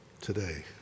today